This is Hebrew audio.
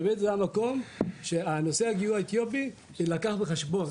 באמת זה המקום, שנושא הגיור האתיופי יילקח בחשבון.